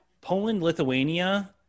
Poland-Lithuania